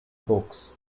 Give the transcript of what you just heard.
books